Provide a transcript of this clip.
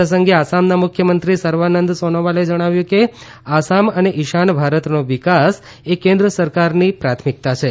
આ પ્રસંગે આસામના મુખ્યમંત્રી સર્વાનંદ સોનોવાલે જણાવ્યું કે આસામ અને ઇશાન ભારતનો વિકાસ એ કેન્દ્ર સરકારની પ્રાથમિકતા છે